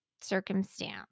circumstance